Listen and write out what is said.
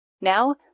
Now